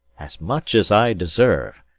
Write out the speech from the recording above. as much as i deserve!